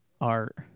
Art